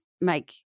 make